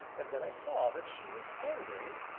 and then i saw that she was angry,